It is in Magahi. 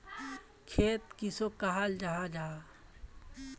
खेत किसोक कहाल जाहा जाहा?